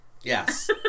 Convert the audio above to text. Yes